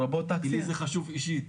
לי זה חשוב אישית.